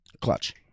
Clutch